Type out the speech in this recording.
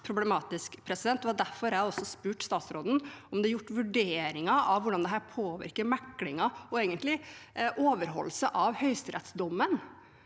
derfor jeg også spurte statsråden om det er gjort vurderinger av hvordan dette påvirker meklingen og overholdelse av høyesterettsdommen,